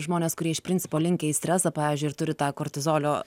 žmonės kurie iš principo linkę į stresą pavyzdžiui ir turi tą kortizolio